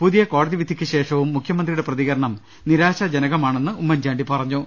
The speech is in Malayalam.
പുതിയ കോടതി വിധിക്ക് ശേഷവും മുഖ്യമന്ത്രിയുടെ പ്രതികരണം നിരാശാ ജനകമാണെന്നും ഉമ്മൻചാണ്ടി പറഞ്ഞു